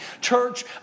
Church